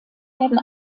werden